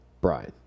Brian